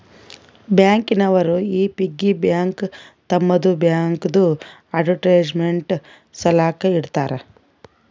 bank ನವರು ಈ piggy bank ತಮ್ಮದು ಬ್ಯಾಂಕ್ದು ಅಡ್ವರ್ಟೈಸ್ಮೆಂಟ್ ಸಲಾಕ ಇಡ್ತಾರ